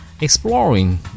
Exploring